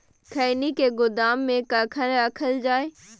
खैनी के गोदाम में कखन रखल जाय?